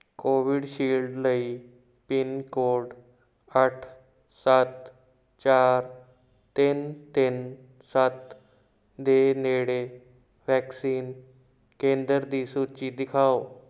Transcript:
Covid shield ਲਈ pin code ਅੱਠ ਸੱਤ ਚਾਰ ਤਿੰਨ ਤਿੰਨ ਸੱਤ ਦੇ ਨੇੜੇ ਵੈਕਸੀਨ ਕੇਂਦਰ ਦੀ ਸੂਚੀ ਦਿਖਾਓ